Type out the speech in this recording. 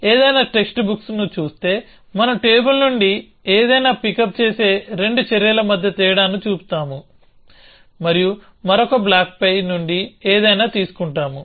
మీరు ఏదైనా టెక్స్ట్ బుక్ని చూస్తే మనం టేబుల్ నుండి ఏదైనా పికప్ చేసే రెండు చర్యల మధ్య తేడాను చూపుతాము మరియు మరొక బ్లాక్ పై నుండి ఏదైనా తీసుకుంటాము